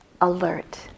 alert